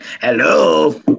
Hello